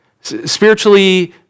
Spiritually